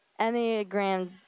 Enneagram